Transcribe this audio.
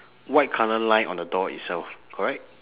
white colour line on the door itself correct